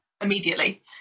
immediately